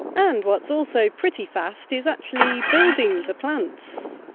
and what's also pretty fast is actually building the plants.